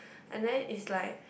and then is like